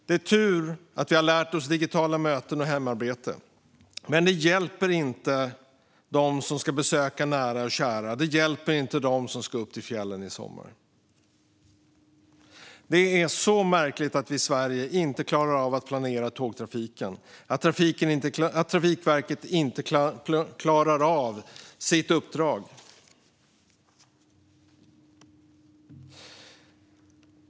Det är tur att vi har lärt oss digitala möten och hemarbete, men det hjälper inte dem som ska besöka nära och kära. Det hjälper inte dem som ska upp till fjällen i sommar. Det är märkligt att vi i Sverige inte klarar av att planera tågtrafiken och att Trafikverket inte klarar av sitt uppdrag.